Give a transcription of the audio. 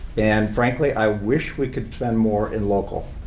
and frankly, i wish we could spend more in local.